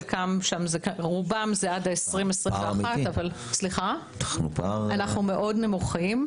רובם זה עד 2021. אנחנו בפער אמיתי.